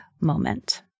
moment